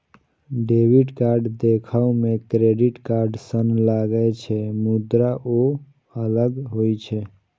debit card देखै मे credit card सन लागै छै, मुदा ओ अलग होइ छै